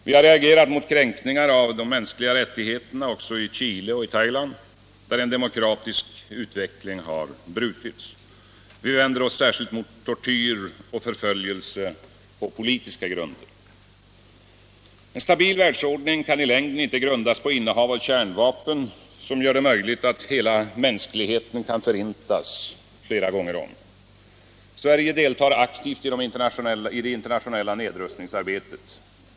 Vi har reagerat mot kränkningar av de mänskliga rättigheterna också i Chile och Thailand, där en demokratisk utveckling brutits. Vi vänder oss särskilt mot tortyr och förföljelse på politiska grunder. En stabil världsordning kan i längden inte grundas på innehav av kärnvapen som gör att hela mänskligheten kan förintas flera gånger om. Sverige deltar aktivt i det internationella nedrustningsarbetet.